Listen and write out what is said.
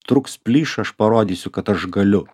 trūks plyš aš parodysiu kad aš galiu